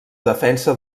defensa